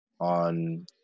on